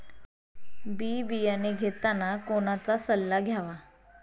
बी बियाणे घेताना कोणाचा सल्ला घ्यावा?